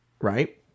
Right